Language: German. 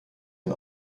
den